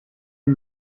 hem